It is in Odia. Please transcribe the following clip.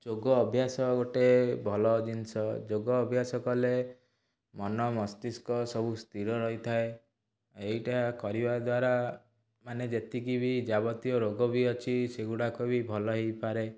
ଯୋଗ ଅଭ୍ୟାସ ଗୋଟେ ଭଲ ଜିନିଷ ଯୋଗ ଅଭ୍ୟାସ କଲେ ମନ ମସ୍ତିଷ୍କ ସବୁ ସ୍ଥିର ରହିଥାଏ ଏଇଟା କରିବା ଦ୍ଵାରା ମାନେ ଯେତିକି ବି ଯାବତିୟ ରୋଗ ବି ଅଛି ସେଗୁଡ଼ାକ ବି ଭଲ ହୋଇପାରେ